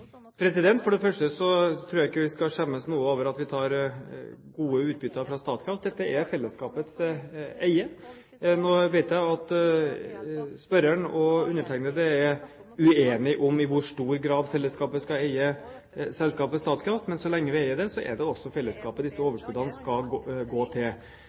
For det første tror jeg ikke vi skal skjemmes over at vi tar gode utbytter fra Statkraft. Dette er fellesskapets eie. Nå vet jeg at spørreren og undertegnede er uenige om i hvor stor grad fellesskapet skal eie selskapet Statkraft, men så lenge vi eier det, er det fellesskapet disse overskuddene skal gå til.